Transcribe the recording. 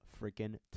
freaking